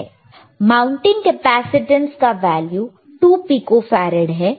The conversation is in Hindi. माउंटिंग कैपेसिटेंस का वैल्यू 2 पिको फेरेड है